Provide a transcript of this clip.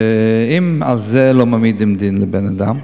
ואם על זה לא מעמידים לדין בן-אדם,